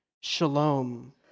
shalom